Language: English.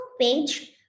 page